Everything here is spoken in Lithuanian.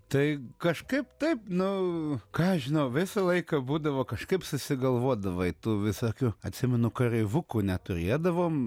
tai kažkaip taip nu ką aš žinau visą laiką būdavo kažkaip susigalvodavai tų visokių atsimenu kareivukų neturėdavom